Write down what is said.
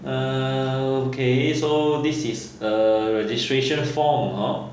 err okay so this is a registration form hor